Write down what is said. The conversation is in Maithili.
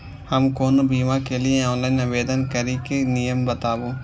हम कोनो बीमा के लिए ऑनलाइन आवेदन करीके नियम बाताबू?